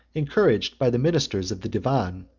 encouraged by the ministers of the divan,